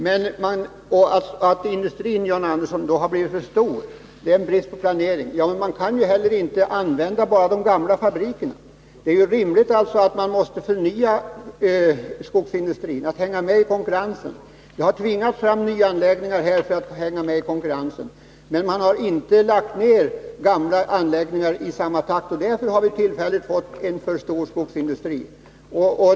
John Andersson säger att industrin har blivit för stor och att det hänger samman med en brist på planering. Ja, man kan ju inte heller använda bara gamla fabriker. Det är rimligt att skogsindustrin förnyas, att man hänger med i konkurrensen. Nya anläggningar har tvingats fram för att man skall kunna hänga med i konkurrensen. Men gamla anläggningar har inte lagts ned i samma takt. Därför har vi för tillfället en för stor skogsindustri.